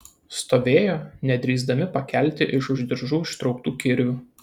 stovėjo nedrįsdami pakelti iš už diržų ištrauktų kirvių